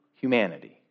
humanity